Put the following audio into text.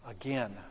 again